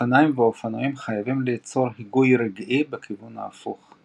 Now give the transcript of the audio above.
אופניים ואופנועים חייבים לייצר היגוי רגעי בכיוון ההפוך.